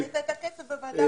אתה הבאת את הכסף בוועדת הכספים.